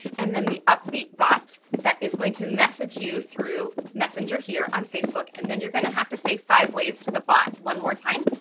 and then the upbeat bot that is going to message you through messenger here on facebook and then you're gonna have to say five ways to the bot one more time,